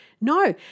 no